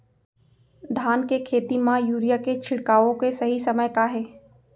धान के खेती मा यूरिया के छिड़काओ के सही समय का हे?